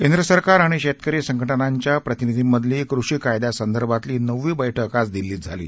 केंद्रसरकार आणि शेतकरी संघटनांच्या प्रतिनिधींमधली कृषीकायदासंदर्भातली नववी बैठक आज दिल्लीत झाली